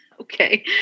Okay